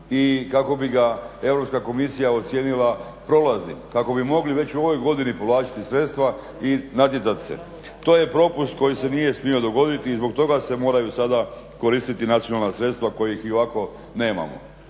i kako bi ga Europska komisija ocijenila prolaznim, kako bi mogli već u ovoj godini povlačiti sredstva i natjecati se. To je propust koji se nije smio dogoditi i zbog toga se moraju sada koristiti nacionalna sredstva kojih i ovako nemamo,